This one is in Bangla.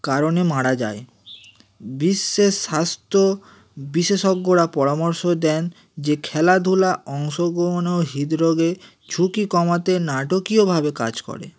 কারণে মারা যায় বিশ্বের স্বাস্থ্য বিশেষজ্ঞরা পরামর্শ দেন যে খেলাধূলায় অংশগ্রহণ ও হৃদরোগের ঝুঁকি কমাতে নাটকীয়ভাবে কাজ করে